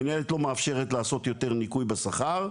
המנהלת היום לא מאפשרת לעשות ניקוי בשכר,